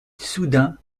soudain